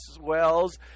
wells